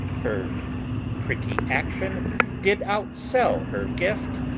her pretty action did outsell her gift,